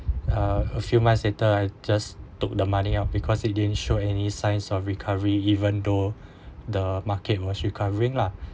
a a few months later I just took the money out because it didn't show any signs of recovery even though the market was recovering lah